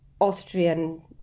Austrian